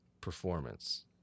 performance